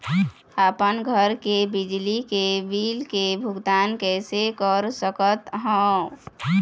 अपन घर के बिजली के बिल के भुगतान कैसे कर सकत हव?